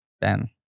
Ben